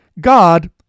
God